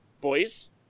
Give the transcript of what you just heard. boys